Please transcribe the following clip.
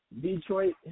Detroit